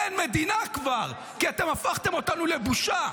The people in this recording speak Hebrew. אין מדינה כבר, כי אתם הפכתם אותנו לבושה.